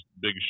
big